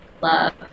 love